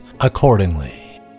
accordingly